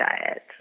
diet